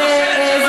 מה זה